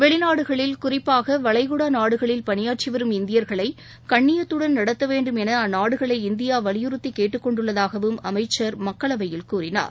வெளிநாடுகளில் குறிப்பாக வளைகுடா நாடுகளில் பணியாற்றி வரும் இந்தியர்களை கண்ணியத்துடன் நடத்த வேண்டும் என அந்நாடுகளை இந்தியா வலியுறுத்திக் கேட்டுக் கொண்டுள்ளதாகவும் அமைச்சர் மக்களவையில் கூறினார்